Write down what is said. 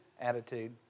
attitude